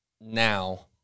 now